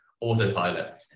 autopilot